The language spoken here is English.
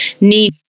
need